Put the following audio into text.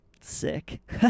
sick